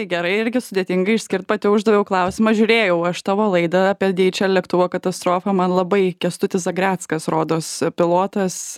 gerai irgi sudėtinga išskirt pati uždaviau klausimą žiūrėjau aš tavo laidą apie dhl lėktuvo katastrofą man labai kęstutis zagreckas rodos pilotas